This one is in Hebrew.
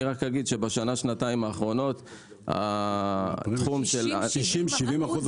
אני רק אגיד שבשנה-שנתיים האחרונות התחום --- 70%-60%?